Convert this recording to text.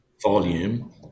volume